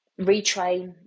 retrain